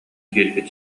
киирбит